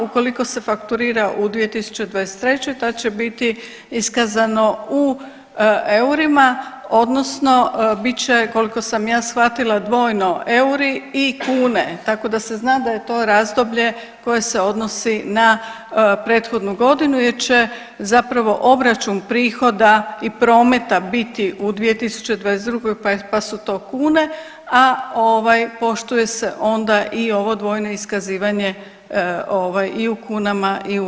Ukoliko se fakturira u 2023. tada će biti iskazano u eurima odnosno bit će koliko sam ja shvatila dvojno euri i kune tako da se zna da je to razdoblje koje se odnosi na prethodnu godinu, jer će zapravo obračun prihoda i prometa biti u 2022., pa su to kune a poštuje se onda i ovo dvojno iskazivanje i u kunama i u eurima.